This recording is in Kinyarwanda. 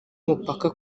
umupaka